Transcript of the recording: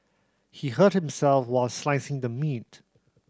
he hurt himself while slicing the meat